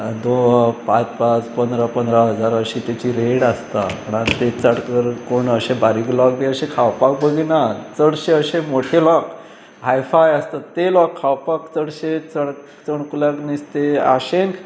दोन पांच पांच पंदरा पंदरा हजार अशी तेची रेट आसता म्हणून तें चड करून कोण अशे बारीक लोक बी अशे खावपाक बगिनात चडशे अशे मोटे लोक हायफाय आसता ते लोक खावपाक चडशे च चणकुलाक नुस्तें आशेन